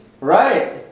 Right